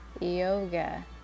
yoga